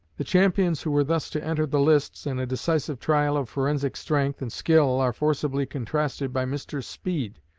the champions who were thus to enter the lists in a decisive trial of forensic strength and skill are forcibly contrasted by mr. speed,